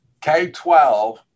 K-12